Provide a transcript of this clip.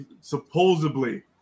supposedly